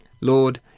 Lord